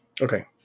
Okay